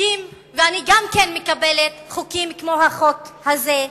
ואני גם מקבלת חוקים כמו החוק הזה,